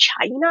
China